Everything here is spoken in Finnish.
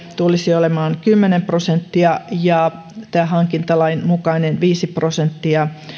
tulisi olemaan kymmenen prosenttia ja hankintalain mukainen viisi prosenttia